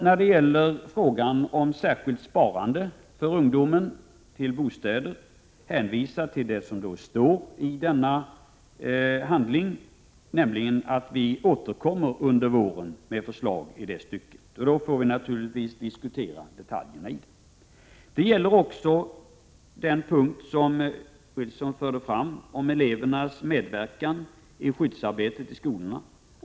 När det gäller frågan om särskilt sparande för ungdomen till bostäder vill jag hänvisa till det som står i denna handling, nämligen att vi återkommer under våren med förslag i det stycket, och då får vi naturligtvis diskutera detaljerna i det. Det gäller också den punkt som Carl-Johan Wilson förde fram om elevernas medverkan i skyddsarbetet i skolorna.